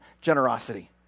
generosity